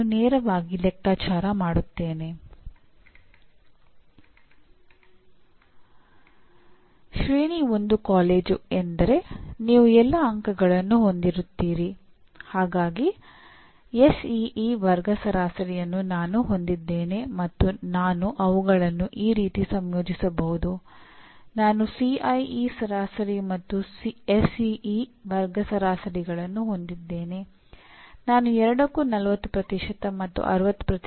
ಆದರೆ ನಂತರ ಪ್ರತಿ ಪ್ರೋಗ್ರಾಂ ಕೆಲವು ಆಯ್ಕೆಗಳನ್ನು ಅಥವಾ ಯಾಂತ್ರಿಕ ಎಂಜಿನಿಯರಿಂಗ್ನ ವಿವಿಧ ಅಂಶಗಳಿಗೆ ನೀಡಲಾಗುವ ತೂಕವನ್ನು ಪರಿಣತಿಗೊಳಿಸಬಹುದು ಮತ್ತು ಇವೆಲ್ಲವನ್ನೂ ಕಾರ್ಯಕ್ರಮದ ನಿರ್ದಿಷ್ಟತೆಯನ್ನು ಸೆರೆಹಿಡಿಯುವ ಎರಡು ಅಥವಾ ನಾಲ್ಕು ಸಾಲುಗಳಲ್ಲಿ ಅನುವಾದಿಸಲಾಗುತ್ತದೆ